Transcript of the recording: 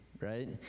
right